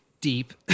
deep